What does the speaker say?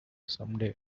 someday